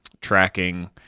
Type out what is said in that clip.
tracking